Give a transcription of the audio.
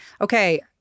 Okay